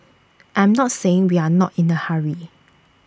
I'm not saying we are not in A hurry